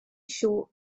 short